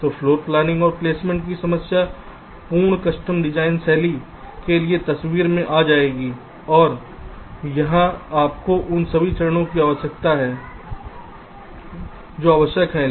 तो floor planning और placement की समस्या पूर्ण कस्टम डिजाइन शैली के लिए तस्वीर में आ जाएगी और यहां आपको उन सभी चरणों की आवश्यकता है जो आवश्यक हैं